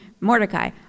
Mordecai